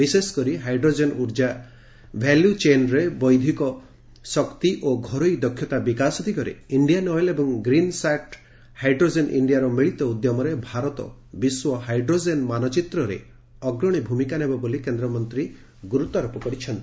ବିଶେଷକରି ହାଇଡ୍ରୋଜେନ ଉର୍ଜା ଭାଲ୍ୟୁ ଚେନ୍ରେ ବୌଧିକ ଶକ୍ତି ଓ ଘରୋଇ ଦକ୍ଷତା ବିକାଶ ଦିଗରେ ଇଣ୍ଡିଆନ୍ ଅଏଲ ଏବଂ ଗ୍ରୀନ୍ସାର୍ଟ ହାଇଡ୍ରୋଜେନ୍ ଇଣ୍ଡିଆର ମିଳିତ ଉଦ୍ୟମରେ ଭାରତ ବିଶ୍ୱ ହାଇଡ୍ରୋଜେନ୍ ମାନଚିତ୍ରରେ ଅଗ୍ରଶୀ ନେବ ବୋଲି କେନ୍ଦ୍ରମନ୍ତୀ ଗୁରୁତ୍ୱାରୋପ କରିଛନ୍ତି